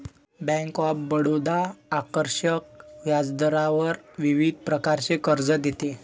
bank of Baroda आकर्षक व्याजदरावर विविध प्रकारचे कर्ज देते